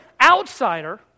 outsider